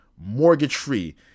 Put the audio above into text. mortgage-free